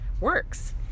works